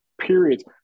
periods